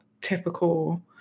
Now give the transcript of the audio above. typical